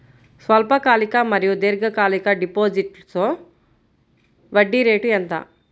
స్వల్పకాలిక మరియు దీర్ఘకాలిక డిపోజిట్స్లో వడ్డీ రేటు ఎంత?